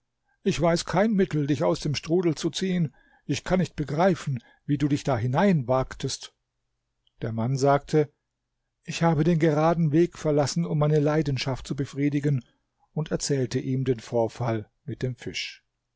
ich weiß kein mittel dich aus dem strudel zu ziehen ich kann nicht begreifen wie du dich da hineinwagtest der mann sagte ich habe den geraden weg verlassen um meine leidenschaft zu befriedigen und erzählte ihm den vorfall mit dem fisch